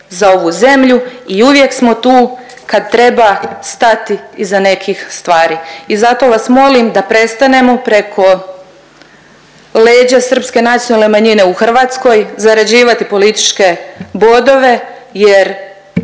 za ovu zemlju i uvijek smo tu kad treba stati iza nekih stvari. I zato vas molim da prestanemo preko leđa srpske nacionalne manjine u Hrvatskoj zarađivati političke bodove jer